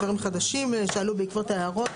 דברים חדשים שעלו בעקבות ההערות.